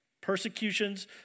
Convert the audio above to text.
persecutions